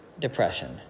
depression